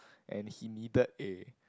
and he needed a